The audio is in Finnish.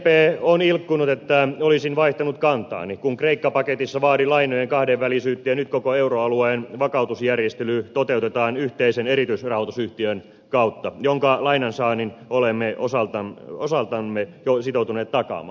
sdp on ilkkunut että olisin vaihtanut kantaani kun kreikka paketissa vaadin lainojen kahdenvälisyyttä ja nyt koko euroalueen vakautusjärjestely toteutetaan yhteisen erityisrahoitusyhtiön kautta jonka lainansaannin olemme osaltamme jo sitoutuneet takaamaan